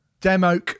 Demo